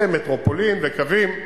ו"מטרופולין" ו"קווים",